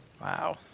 Wow